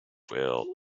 will